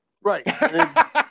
Right